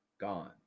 gone